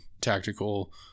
tactical